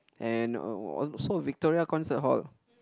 and also Victoria concert hall